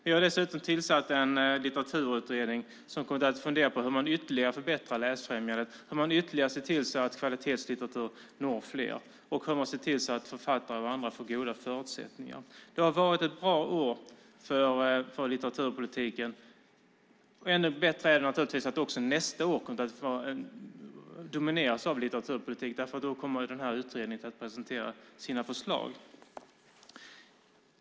Vi har dessutom tillsatt en litteraturutredning som kommer att fundera på hur man ytterligare förbättrar läsfrämjandet, hur man ytterligare ser till att kvalitetslitteratur når fler och hur man ser till att författare och andra får goda förutsättningar. Det har varit ett bra år för litteraturpolitiken. Ännu bättre är naturligtvis att också nästa år kommer att domineras av litteraturpolitik, därför att då kommer den här utredningen att presentera sina förslag.